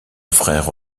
frère